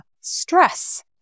stress